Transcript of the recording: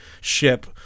ship